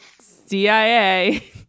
CIA